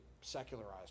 secularized